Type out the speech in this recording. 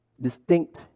distinct